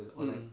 mm mm